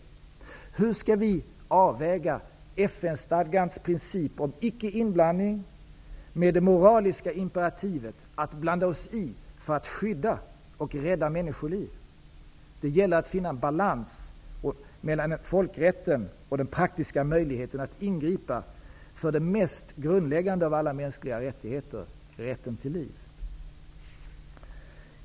Hur skall vi avväga FN-stadgans princip om ickeinblandning i staters affärer med det moraliska imperativet att blanda oss i för att skydda och rädda människoliv? Det gäller att finna en balans mellan folkrätten och den praktiska möjligheten att ingripa för den mest grundläggande av alla mänskliga rättigheter, rätten till liv.